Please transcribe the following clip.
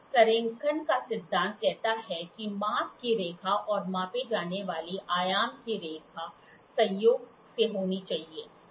संरेखण का सिद्धांत कहता है कि माप की रेखा और मापी जाने वाली आयाम की रेखा संयोग से होनी चाहिए